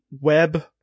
web